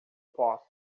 posso